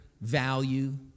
value